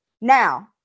Now